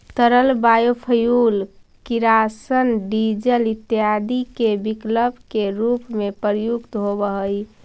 तरल बायोफ्यूल किरासन, डीजल इत्यादि के विकल्प के रूप में प्रयुक्त होवऽ हई